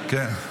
כן.